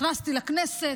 נכנסתי לכנסת,